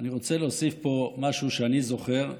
אני רוצה להוסיף פה משהו שאני זוכר: